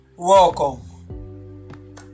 welcome